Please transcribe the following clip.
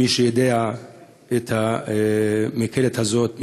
מי שמכיר את המקהלה הזאת,